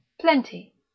plenty